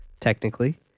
technically